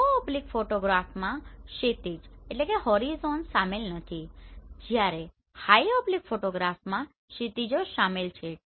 લો oblique ફોટોગ્રાફમાં ક્ષિતિજ શામેલ નથી જ્યારે હાઈ ઓબ્લીક ફોટોગ્રાફમાં ક્ષિતિજો શામેલ છે